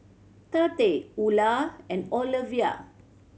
Tate Ula and Olevia